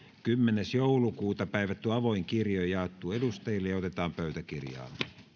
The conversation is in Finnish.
kymmenes kahdettatoista kaksituhattayhdeksäntoista päivätty avoin kirje on jaettu edustajille ja otetaan pöytäkirjaan